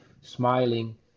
smiling